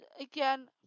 again